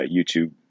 YouTube